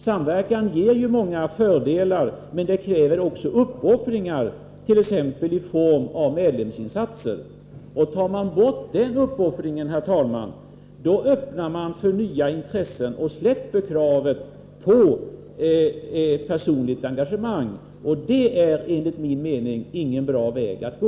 Samverkan ger ju många fördelar, men den kräver också uppoffringar — t.ex. i form av medlemsinsatser. Om maninte kräver den uppoffringen, herr talman, öppnar man för nya intressen och släpper kravet på personligt engagemang, och det är enligt min mening ingen bra väg att gå.